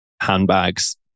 handbags